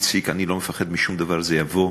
איציק, אני לא מפחד משום דבר, זה יבוא.